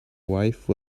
wife